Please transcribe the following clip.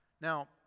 Now